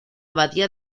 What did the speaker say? abadía